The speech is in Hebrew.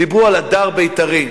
דיברו על הדר בית"רי.